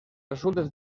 resultes